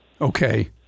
okay